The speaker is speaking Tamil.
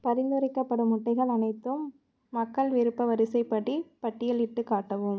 பரிந்துரைக்கப்படும் முட்டைகள் அனைத்தும் மக்கள் விருப்ப வரிசைப்படி பட்டியலிட்டுக் காட்டவும்